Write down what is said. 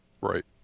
Right